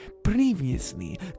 Previously